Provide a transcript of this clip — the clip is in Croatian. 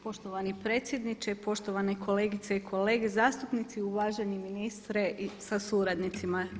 Poštovani predsjedniče, poštovane kolegice i kolege zastupnici, uvaženi ministre sa suradnicima.